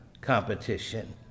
competition